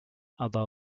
other